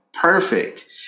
perfect